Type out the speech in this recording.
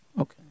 Okay